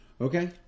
Okay